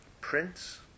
prince